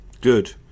Good